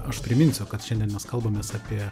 aš priminsiu kad šiandien mes kalbamės apie